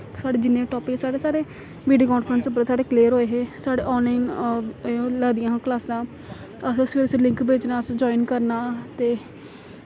साढ़े जिन्ने टापिक हे साढ़े सारे वीडियो कांफ्रैंस उप्पर साढ़े क्लियर होए हे साढ़े आनलाईन ओह् लगदियां हां क्लासां असें सबेरे सबेरे लिंक भेजना असें जाइन करना ते